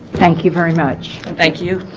thank you very much thank you